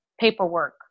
paperwork